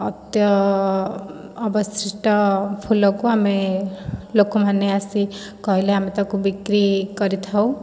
ଅତ୍ୟ ଅବଶିଷ୍ଟ ଫୁଲକୁ ଆମେ ଲୋକମାନେ ଆସି କହିଲେ ଆମେ ତାକୁ ବିକ୍ରି କରିଥାଉ